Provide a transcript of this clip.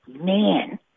man